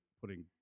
putting